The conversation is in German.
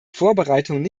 vorbereitungen